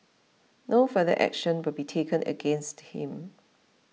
no further action will be taken against him